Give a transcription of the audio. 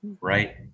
right